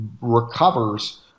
recovers